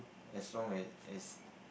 as long as as